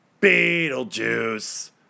beetlejuice